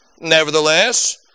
Nevertheless